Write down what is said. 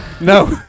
no